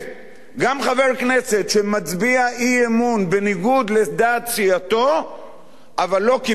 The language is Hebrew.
גם חבר כנסת שמצביע אי-אמון בניגוד לדעת סיעתו אבל לא קיבל תמורה,